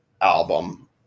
album